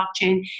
blockchain